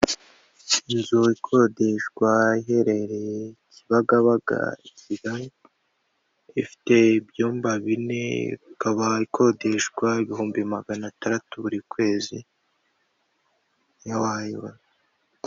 Inzu ikodeshwa iherereye Kibagaba i Kigali, ifite ibyumba bine, ikaba ikodeshwa ibihumbi magana ataratu buri kwezi, ntiwayibura.